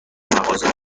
مغازه